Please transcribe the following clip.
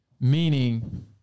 Meaning